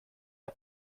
der